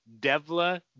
Devla